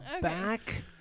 back